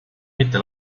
mitte